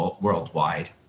worldwide